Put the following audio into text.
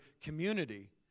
community